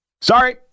Sorry